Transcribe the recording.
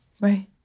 right